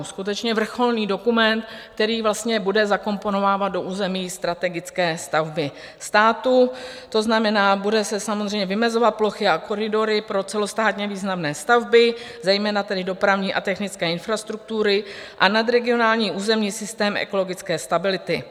Skutečně vrcholný dokument, který vlastně bude zakomponovávat do území strategické stavby státu, to znamená, budou se samozřejmě vymezovat plochy a koridory pro celostátně významné stavby, zejména tedy dopravní a technické infrastruktury, a nadregionální územní systém ekologické stability.